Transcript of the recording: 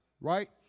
right